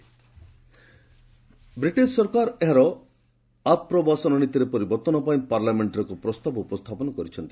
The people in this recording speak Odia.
ୟୁକେ ଭିସା ବିଟିଶ୍ ସରକାର ଏହାର ଆପ୍ରବାସନ ନୀତିରେ ପରିବର୍ତ୍ତନ ପାଇଁ ପାର୍ଲାମେଣ୍ଟରେ ଏକ ପ୍ରସ୍ତାବ ଉପସ୍ଥାପନ କରିଛନ୍ତି